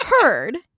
heard